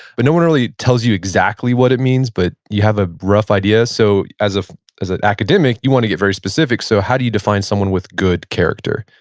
but, no one really tells you exactly what it means, but you have a rough idea so, as ah as an academic, you want to get very specific, so how do you define someone with good character?